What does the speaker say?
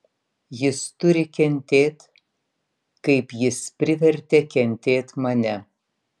jis turi kentėt kaip jis privertė kentėt mane